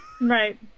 Right